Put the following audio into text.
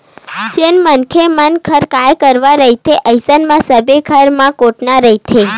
जेन मनखे मन घर गाय गरुवा रहिथे अइसन म सबे घर म कोटना रहिथे